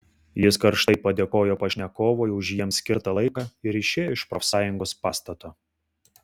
jis karštai padėkojo pašnekovui už jiems skirtą laiką ir išėjo iš profsąjungos pastato